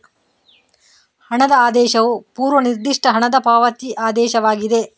ಹಣದ ಆದೇಶವು ಪೂರ್ವ ನಿರ್ದಿಷ್ಟ ಹಣದ ಪಾವತಿ ಆದೇಶವಾಗಿದೆ